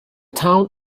town